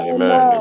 Amen